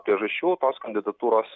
priežasčių tos kandidatūros